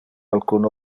alcun